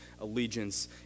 allegiance